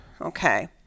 Okay